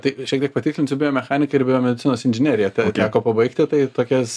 tai šiek tiek patikslinsiu biomechaniką ir biomedicinos inžineriją teko pabaigti tai tokias